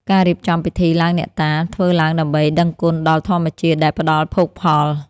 ការរៀបចំពិធីឡើងអ្នកតា ធ្វើឡើងដើម្បីដឹងគុណដល់ធម្មជាតិដែលផ្តល់ភោគផល។